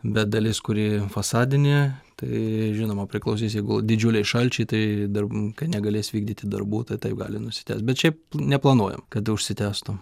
bet dalis kuri fasadinė tai žinoma priklausys jeigu didžiuliai šalčiai tai darbininkai negalės vykdyti darbų tai taip gali nusitęst bet šiaip neplanuojam kad užsitęstų